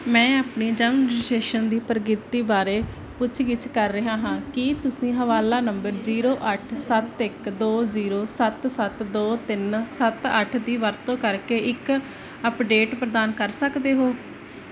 ਮੈਂ ਆਪਣੇ ਜਨਮ ਰਜਿਸਟ੍ਰੇਸ਼ਨ ਦੀ ਪ੍ਰਗਤੀ ਬਾਰੇ ਪੁੱਛ ਗਿੱਛ ਕਰ ਰਿਹਾ ਹਾਂ ਕੀ ਤੁਸੀਂ ਹਵਾਲਾ ਨੰਬਰ ਜ਼ੀਰੋ ਅੱਠ ਸੱਤ ਇੱਕ ਦੋ ਜ਼ੀਰੋ ਸੱਤ ਸੱਤ ਦੋ ਤਿੰਨ ਸੱਤ ਅੱਠ ਦੀ ਵਰਤੋਂ ਕਰਕੇ ਇੱਕ ਅੱਪਡੇਟ ਪ੍ਰਦਾਨ ਕਰ ਸਕਦੇ ਹੋ